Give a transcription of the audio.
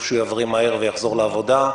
חשוב שיבריא מהר ויחזור לעבודה.